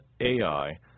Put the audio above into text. Ai